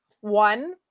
One